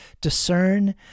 discern